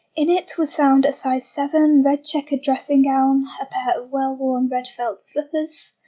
in it was found a size seven red-checkered dressing gown, a pair of well-worn red felt slippers,